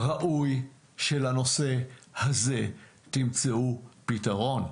ראוי שלנושא הזה תמצאו פתרון.